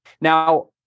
Now